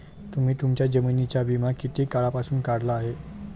तुम्ही तुमच्या जमिनींचा विमा किती काळापासून काढला आहे?